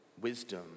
wisdom